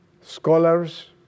Scholars